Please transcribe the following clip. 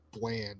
bland